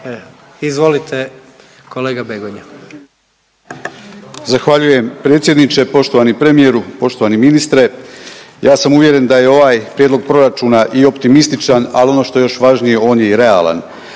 Izvolite kolega Begonja.